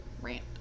rant